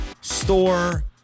store